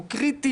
והוא קריטי,